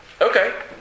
Okay